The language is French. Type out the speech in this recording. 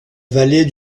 vallée